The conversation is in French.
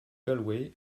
galway